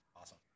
Awesome